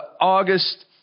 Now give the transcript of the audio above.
August